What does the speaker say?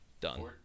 Done